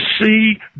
see